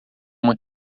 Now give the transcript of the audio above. uma